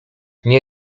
nie